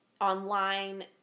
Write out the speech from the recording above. Online